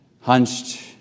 hunched